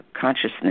consciousness